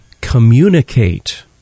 communicate